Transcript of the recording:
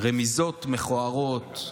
רמיזות מכוערות,